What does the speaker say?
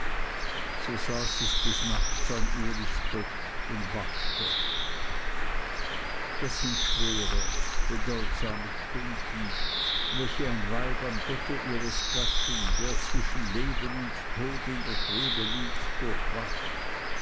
so saß es des nachts an ulis bett und wachte das sind schwere bedeutsame stunden welche ein weib am bette ihres gatten der zwischen leben und tod in der schwebe liegt durchwacht